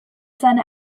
seine